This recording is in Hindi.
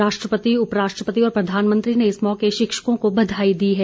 राष्ट्रपति उपराष्ट्रपति और प्रधानमंत्री ने इस मौके शिक्षकों को बधाई दी है